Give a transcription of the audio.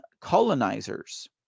colonizers